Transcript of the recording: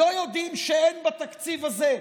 לא יודעים שאין בתקציב הזה,